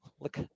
Look